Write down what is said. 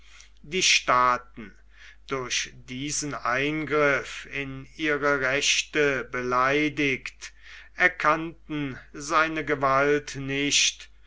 die staaten durch diesen eingriff in ihrem rechte beleidigt erkannten seine gewalt nicht